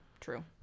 true